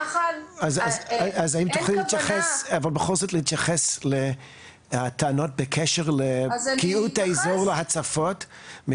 אז אם תוכלי בכל זאת להתייחס לטענות בקשר לפגיעות האזור להצפות.